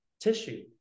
tissue